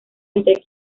entre